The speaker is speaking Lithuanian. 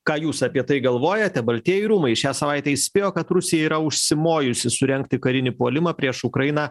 ką jūs apie tai galvojate baltieji rūmai šią savaitę įspėjo kad rusija yra užsimojusi surengti karinį puolimą prieš ukrainą